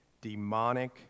demonic